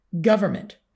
government